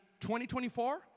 2024